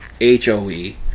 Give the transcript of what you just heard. H-O-E